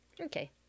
Okay